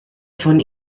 von